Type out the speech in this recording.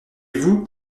vous